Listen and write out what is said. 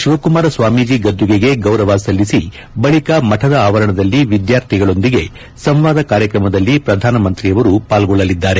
ಶಿವಕುಮಾರ ಸ್ವಾಮೀಜಿ ಗದ್ದುಗೆಗೆ ಗೌರವ ಸಲ್ಲಿಸಿ ಬಳಿಕ ಮಠದ ಆವರಣದಲ್ಲಿ ವಿದ್ಯಾರ್ಥಿಗಳೊಂದಿಗೆ ಸಂವಾದ ಕಾರ್ಯಕ್ರಮದಲ್ಲಿ ಪ್ರಧಾನಿ ಪಾಲ್ಲೊಳ್ಳಲಿದ್ದಾರೆ